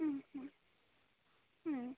হুম হুম হুম